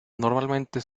normalmente